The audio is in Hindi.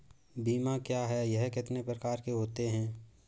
बीमा क्या है यह कितने प्रकार के होते हैं?